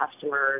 customers